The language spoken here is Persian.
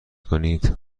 کنید